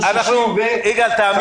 יגאל סלוביק,